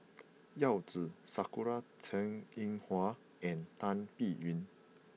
Yao Zi Sakura Teng Ying Hua and Tan Biyun